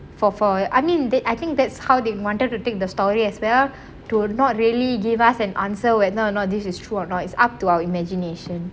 for for I mean that I think that's how they wanted to take the story as well to not really gave us an answer whether or not this is true or not it's up to our imagination